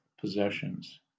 possessions